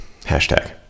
Hashtag